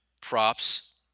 props